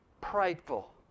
prideful